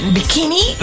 Bikini